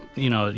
you know,